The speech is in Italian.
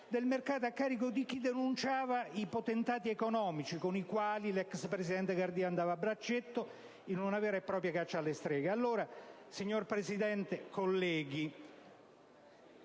del mercato a carico di chi denunciava i potentati economici con i quali l'ex presidente Cardia andava a braccetto, in una vera e propria caccia alle streghe.